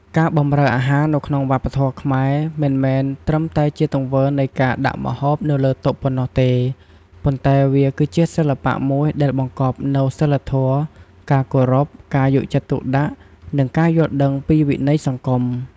ការបម្រើអាហារនៅក្នុងវប្បធម៌ខ្មែរ មិនមែនត្រឹមតែជាទង្វើនៃការដាក់ម្ហូបនៅលើតុប៉ុណ្ណោះទេ ប៉ុន្តែវាគឺជាសិល្បៈមួយដែលបង្កប់នូវ សីលធម៌ ការគោរព ការយកចិត្តទុកដាក់ និងការយល់ដឹងពីវិន័យសង្គម។